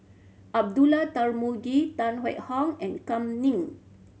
Abdullah Tarmugi Tan Hwee Hock and Kam Ning